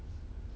mm